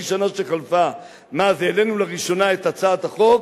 השנה שחלפה מאז העלינו לראשונה את הצעת החוק,